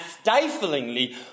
stiflingly